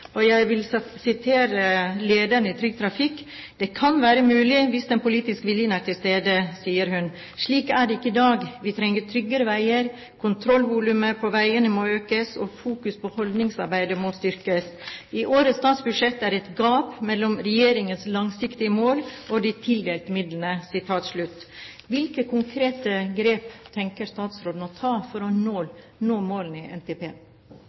Jeg vil sitere lederen i Trygg Trafikk: «Det vil kunne være mulig hvis den politiske viljen er til stede. Slik er det ikke i dag. Vi trenger tryggere veger, kontrollvolumet må økes og fokuset på holdningsskapende arbeid må styrkes. I årets statsbudsjett er det et gap mellom regjeringens langsiktige målsetting og de tildelte midlene.» Hvilke konkrete grep tenker statsråden å ta for å nå målene i